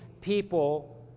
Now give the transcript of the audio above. people